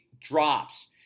drops